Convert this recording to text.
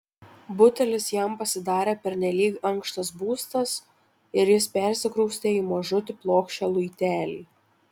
butelis jam pasidarė pernelyg ankštas būstas ir jis persikraustė į mažutį plokščią luitelį